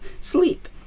Sleep